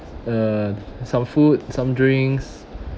uh some food some drinks